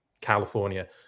California